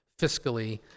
fiscally